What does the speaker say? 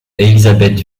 élisabeth